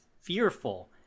fearful